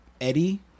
Eddie